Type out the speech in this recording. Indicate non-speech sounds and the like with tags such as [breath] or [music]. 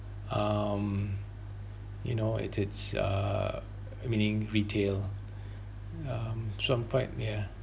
um you know it is uh meaning retail [breath] um so I'm quite ya